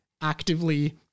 actively